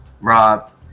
Rob